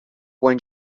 quan